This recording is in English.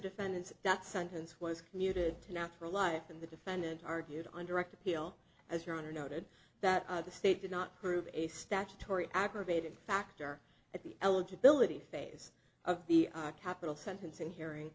defendant said that sentence was commuted to natural life and the defendant argued on direct appeal as your honor noted that the state did not prove a statutory aggravating factor at the eligibility phase of the capital sentencing hearing